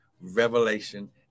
revelation